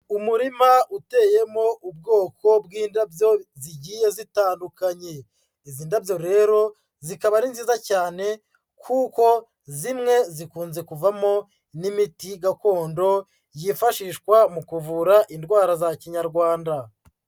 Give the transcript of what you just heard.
Umurima uteyemo ubwoko bw'indabyo zigiye zitandukanye, izi ndabyo rero zikaba ari nziza cyane, kuko zimwe zikunze kuvamo n'imiti gakondo yifashishwa mu kuvura indwara za kinyarwanda.